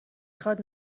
خواد